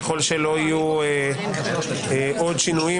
ככל שלא יהיו עוד שינויים,